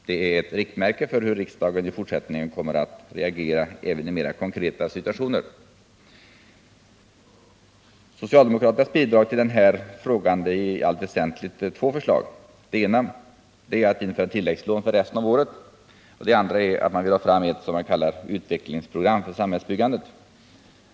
Det är ett riktmärke för hur riksdagen i fortsättningen kommer att reagera även i mer konkreta situationer. Socialdemokraternas bidrag till den här frågan är i allt väsentligt två förslag. Det ena är att införa tilläggslån för resten av året, det andra att man vill ha fram ett — som man kallar det — utvecklingsprogram för samhällsbyggandet.